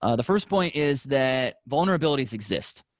ah the first point is that vulnerabilities exist.